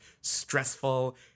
stressful